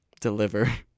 deliver